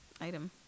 item